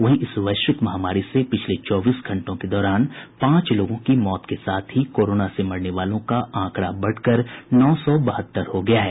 वहीं इस वैश्विक महामारी से पिछले चौबीस घंटों को दौरान पांच लोगों की मौत के साथ ही कोरोना से मरने वालों का आंकड़ा बढ़कर नौ सौ बहत्तर हो गया है